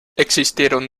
existieron